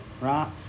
right